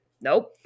Nope